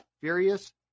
Furious